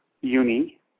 uni